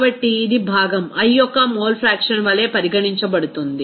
కాబట్టి ఇది భాగం i యొక్క మోల్ ఫ్రాక్షన్ వలె పరిగణించబడుతుంది